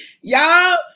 y'all